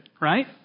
right